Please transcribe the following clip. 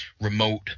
remote